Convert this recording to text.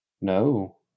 no